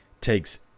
takes